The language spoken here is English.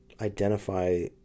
identify